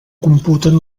computen